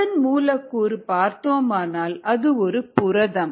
அதன் மூலக்கூறை பார்த்தோமானால் அது ஒரு புரதம்